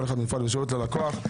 (שירות ללקוח)